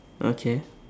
okay